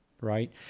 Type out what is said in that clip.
right